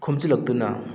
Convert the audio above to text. ꯈꯣꯝꯖꯤꯜꯂꯛꯇꯨꯅ